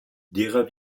derer